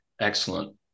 Excellent